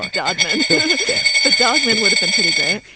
um document but document would have been pretty great.